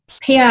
PR